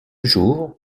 jour